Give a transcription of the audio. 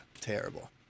terrible